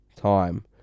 time